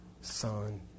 Son